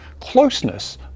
closeness